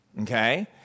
okay